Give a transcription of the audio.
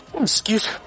Excuse